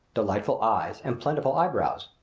delightful eyes and plentiful eyebrows.